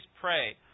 pray